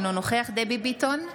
אינו נוכח דבי ביטון,